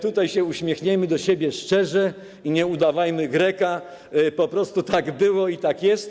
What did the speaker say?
Tutaj się uśmiechnijmy do siebie szczerze i nie udawajmy Greka, po prostu tak było i tak jest.